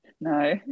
No